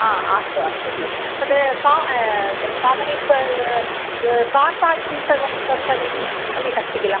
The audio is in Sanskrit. हा अस्तु अस्तु जि तद् का तद् कामन्लि पर् कार् पार्किङ्ग् सर्वं तत्सर्वं सम्यक् अस्ति किल